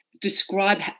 Describe